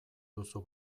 duzu